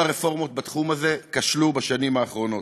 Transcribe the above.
וכל הרפורמות בתחום הזה כשלו בשנים האחרונות.